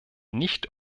nicht